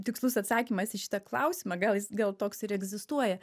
tikslus atsakymas į šitą klausimą gal jis gal toks ir egzistuoja